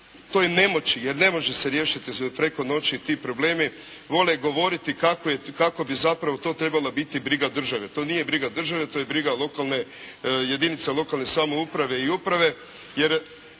toj nemoći, jer ne može se riješiti preko noći ti problemi, vole govoriti kako bi zapravo to trebala biti briga države. To nije briga države, to je briga jedinica lokalne samouprave i uprave